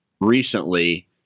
recently